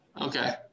Okay